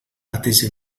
pateix